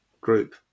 group